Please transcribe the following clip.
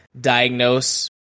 diagnose